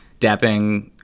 dapping